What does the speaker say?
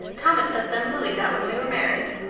thomas set them lilies out when we were married.